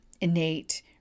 innate